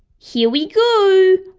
here we go.